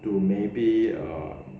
to maybe err